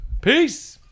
Peace